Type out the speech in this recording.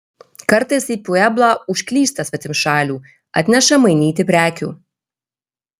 kartais į pueblą užklysta svetimšalių atneša mainyti prekių